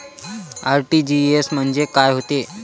RTGS म्हंजे काय होते?